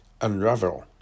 unravel